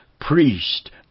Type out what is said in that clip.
priest